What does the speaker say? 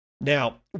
Now